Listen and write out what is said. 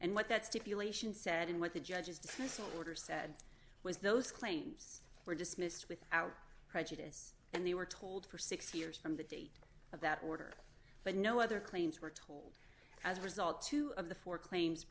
and what that stipulation said and what the judge's dismissal order said was those claims were dismissed without prejudice and they were told for six years from the date of that order but no other claims were told as a result two of the four claims